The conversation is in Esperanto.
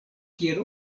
kiel